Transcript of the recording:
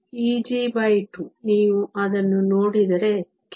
Eg2 ನೀವು ಅದನ್ನು ನೋಡಿದರೆ ಕೇವಲ 1